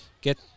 get